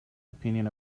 opinion